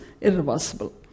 irreversible